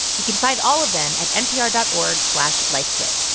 you can find all of them at npr dot org slash lifekit.